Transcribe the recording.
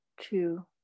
two